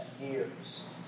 years